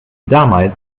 damals